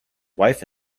wife